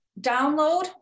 download